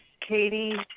Katie